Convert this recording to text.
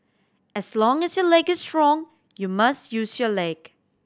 as long as your leg is strong you must use your leg